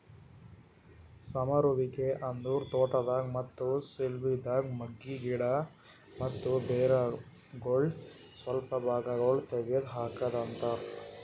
ಸಮರುವಿಕೆ ಅಂದುರ್ ತೋಟದಾಗ್, ಮತ್ತ ಸಿಲ್ವಿದಾಗ್ ಮಗ್ಗಿ, ಗಿಡ ಮತ್ತ ಬೇರಗೊಳ್ ಸ್ವಲ್ಪ ಭಾಗಗೊಳ್ ತೆಗದ್ ಹಾಕದ್ ಅಂತರ್